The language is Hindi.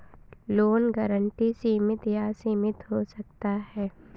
लोन गारंटी सीमित या असीमित हो सकता है